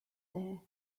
there